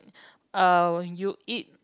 uh you eat